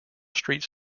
street